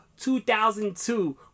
2002